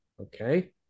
Okay